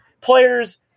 players